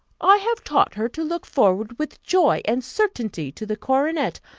i have taught her to look forward with joy and certainty to the coronet,